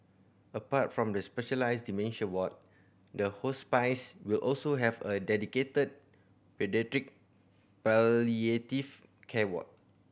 apart from the specialised dementia ward the will also have a dedicated palliative care ward